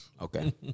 Okay